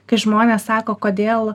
kai žmonės sako kodėl